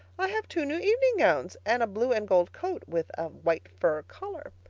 i have two new evening gowns and a blue and gold coat with a white fur collar.